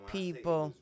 people